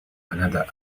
another